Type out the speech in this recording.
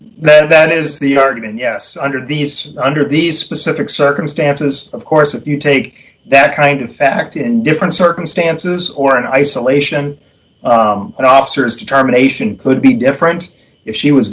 then that is the argument yes under these under these specific circumstances of course if you take that kind of fact in different circumstances or in isolation and officers determination could be different if she was